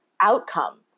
outcome